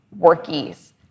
workies